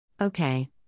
Okay